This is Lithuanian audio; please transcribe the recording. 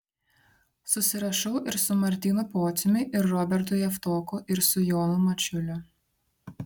susirašau ir su martynu pociumi ir robertu javtoku ir su jonu mačiuliu